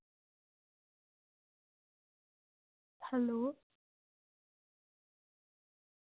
hello